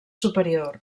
superior